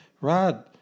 Rod